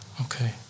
Okay